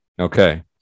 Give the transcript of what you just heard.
Okay